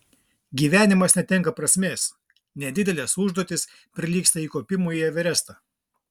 gyvenimas netenka prasmės nedidelės užduotys prilygsta įkopimui į everestą